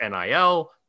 nil